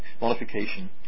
modification